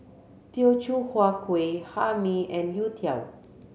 Teochew Huat Kueh Hae Mee and youtiao